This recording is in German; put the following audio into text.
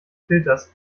filters